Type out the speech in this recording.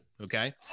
Okay